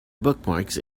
bookmarks